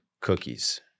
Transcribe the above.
cookies